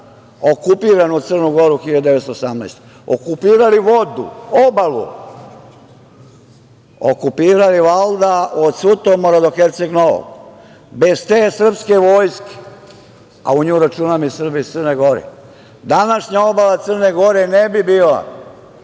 okupiranu Crnu Goru 1918. godine, okupirali vodu, obalu, okupirali valjda od Sutomora do Herceg Novog. Bez te srpske vojske, a u nju računam i Srbe iz Crne Gore, današnja obala Crne Gore ne bi bila